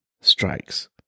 strikes